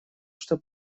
что